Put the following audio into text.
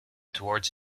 towards